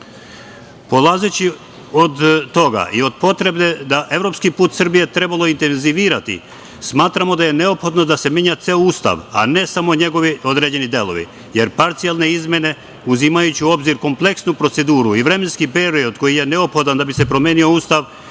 poretkom. Polazeći od toga i od potrebe da je evropski put Srbije trebalo intenzivirati, smatramo da je neophodno da se menja ceo Ustav, a ne samo njegovi određeni delovi, jer parcijalne izmene, uzimajući u obzir kompleksnu proceduru i vremenski period koji je neophodan da bi se promenio Ustav,